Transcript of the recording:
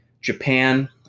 Japan